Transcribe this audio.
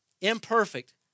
Imperfect